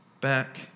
back